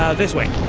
ah this way!